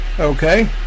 Okay